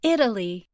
Italy